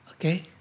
Okay